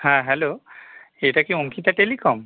হ্যাঁ হ্যালো এটা কি অঙ্কিতা টেলিকম